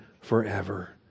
forever